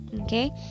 Okay